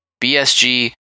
BSG